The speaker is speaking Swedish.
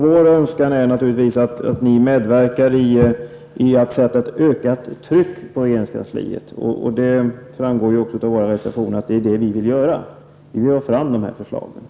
Vår önskan är således att ni medverkar till att sätta ett ökat tryck på regeringskansliet. Av våra reservationer framgår också att vi vill att förslag skall läggas fram så fort som möjligt.